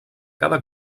cada